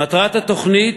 מטרת התוכנית,